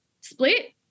split